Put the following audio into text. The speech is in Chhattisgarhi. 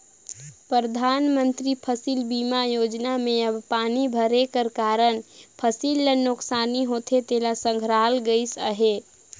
परधानमंतरी फसिल बीमा योजना में अब पानी भरे कर कारन फसिल ल नोसकानी होथे तेला संघराल गइस अहे